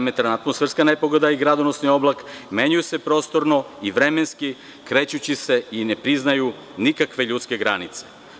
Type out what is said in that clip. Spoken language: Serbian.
Elementarna atmosferka nepogoda i gradonosni oblak menjaju se prostorno i vremenski, krećući se i ne priznaju nikakve ljudske granice.